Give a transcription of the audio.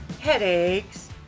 headaches